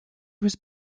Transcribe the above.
was